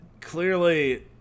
clearly